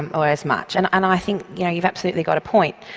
and or as much. and and i think you know you've absolutely got a point,